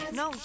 no